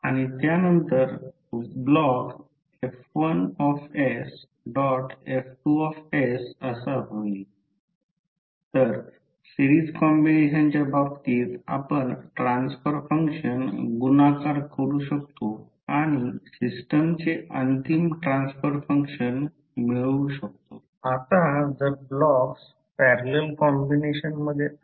आणि DC सर्किटमध्ये permeance g 1 R आहे येथे कण्डक्टन्स म्हणजे परमियन्स 1 R आहे जे वेबर पर अँपिअर टर्न आहे म्हणून मग्नेटिक सर्किटचे परमियन्स